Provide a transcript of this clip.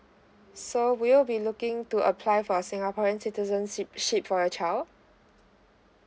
so will you be looking to apply for singaporean citizenship ship for a child